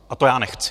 A to já nechci!